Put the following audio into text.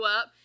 up